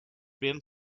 been